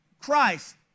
christ